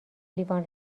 لیوان